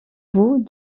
vous